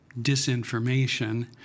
disinformation